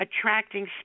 attracting